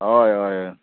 हय हय